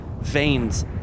veins